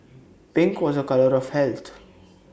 pink was A colour of health